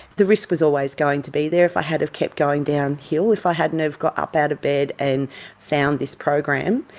the risk was always going to be there if i had of kept going downhill, if i hadn't of got up out of bed and found this program,